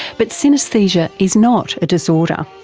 but synaesthesia is not a disorder.